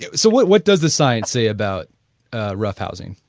yeah so, what what does the science say about roughhousing?